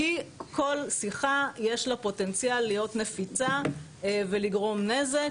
כי כל שיחה יש לה פוטנציאל להיות נפיצה ולגרום נזק,